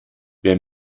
wer